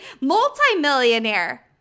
multimillionaire